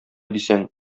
дисәң